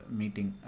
meeting